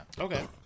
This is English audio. Okay